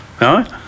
Right